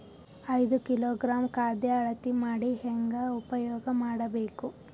ಐದು ಕಿಲೋಗ್ರಾಂ ಖಾದ್ಯ ಅಳತಿ ಮಾಡಿ ಹೇಂಗ ಉಪಯೋಗ ಮಾಡಬೇಕು?